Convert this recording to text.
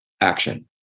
action